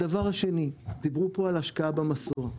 הדבר השני דיברו פה על השקעה במסוע.